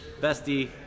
bestie